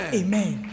amen